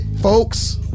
folks